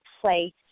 place